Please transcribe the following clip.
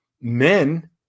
men